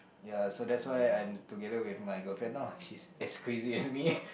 ya so that's why I'm together with my girlfriend loh she's as crazy as me